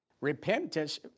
Repentance